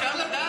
אפשר לדעת?